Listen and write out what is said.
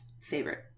favorite